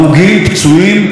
משפחות שכולות,